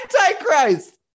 Antichrist